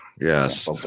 Yes